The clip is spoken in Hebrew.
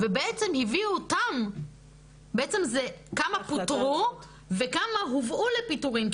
בעצם זה כמה פוטרו וכמה הובאו לפיטורים.